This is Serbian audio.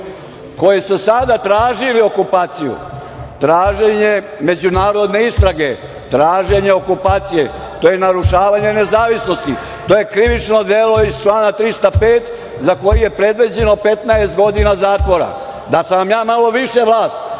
koje su sada tražili okupaciju? Traženje međunarodne istrage, traženje okupacije, to je narušavanje nezavisnosti, to je krivično delo iz člana 305. za koji je predviđeno 15 godina zatvora. Da sam vam ja malo više vlast,